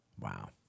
wow